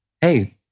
hey